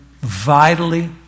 vitally